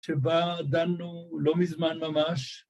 ‫שבה דנו לא מזמן ממש.